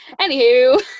anywho